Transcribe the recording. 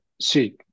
see